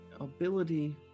ability